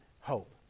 hope